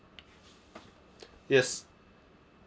yes